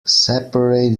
separate